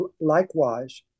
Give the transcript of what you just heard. likewise